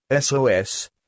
SOS